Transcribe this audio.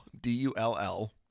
d-u-l-l